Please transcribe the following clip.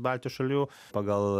baltijos šalių pagal